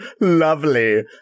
lovely